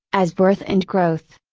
as birth and growth.